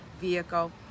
vehicle